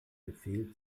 befehl